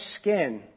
skin